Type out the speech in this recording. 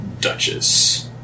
Duchess